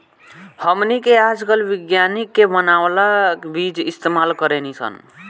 हमनी के आजकल विज्ञानिक के बानावल बीज इस्तेमाल करेनी सन